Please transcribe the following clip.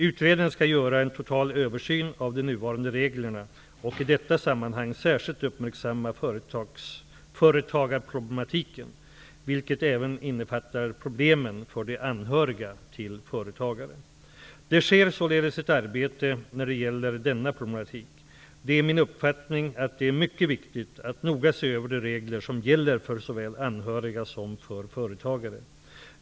Utredaren skall göra en total översyn av de nuvarande reglerna och i detta sammanhang särskilt uppmärksamma företagarproblematiken, vilket även innefattar problemen för de anhöriga till företagare. Det sker således ett arbete när det gäller denna problematik. Det är min uppfattning att det är mycket viktigt att noga se över de regler som gäller för såväl anhöriga som för företagare.